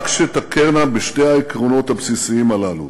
כשתכרנה בשני העקרונות הבסיסיים הללו,